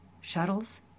Shuttles